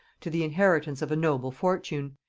to the inheritance of a noble fortune,